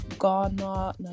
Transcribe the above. Ghana